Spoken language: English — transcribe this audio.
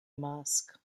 mask